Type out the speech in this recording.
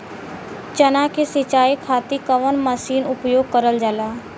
चना के सिंचाई खाती कवन मसीन उपयोग करल जाला?